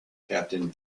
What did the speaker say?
captain